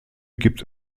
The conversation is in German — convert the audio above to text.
gibt